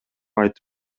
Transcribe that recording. айтып